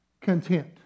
content